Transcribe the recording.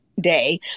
day